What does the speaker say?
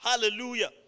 Hallelujah